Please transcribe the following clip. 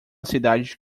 cidade